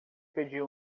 pedir